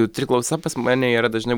jautri klausa pas mane yra dažna